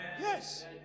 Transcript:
Yes